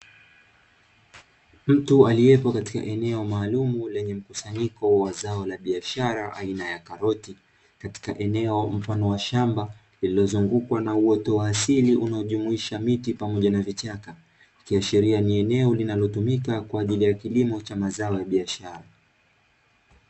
Mtu aliyepo katika eneo maalumu lenye mkusanyiko wa zao la biashara aina ya karoti, katika eneo mfano wa shamba lililozungukwa na uoto wa asili unaojumuisha miti pamoja na vichaka, ikiashiria ni eneo linalotumika kwa ajili ya kilimo cha mazao ya biashara.